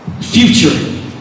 future